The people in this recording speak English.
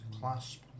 clasp